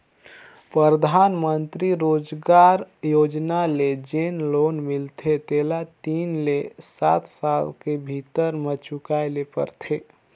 परधानमंतरी रोजगार योजना ले जेन लोन मिलथे तेला तीन ले सात साल कर भीतर में चुकाए ले परथे